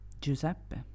Giuseppe